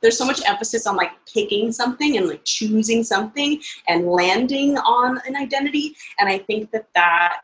there's so much emphasis on like picking something and like choosing something and landing on an identity and i think that that